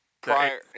prior